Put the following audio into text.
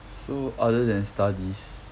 so other than studies